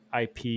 IP